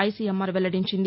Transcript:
జసీఎంఆర్ వెల్లదించింది